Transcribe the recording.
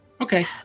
Okay